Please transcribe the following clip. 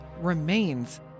remains